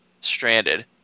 stranded